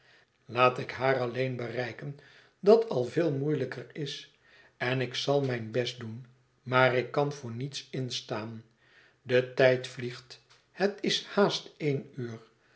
laat ik haar alleen bereiken dat al veel moeielijker is en ik zal mijn best doen maar ik kan voor niets instaan de tijd vliegt het is haast één uur